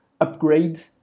upgrade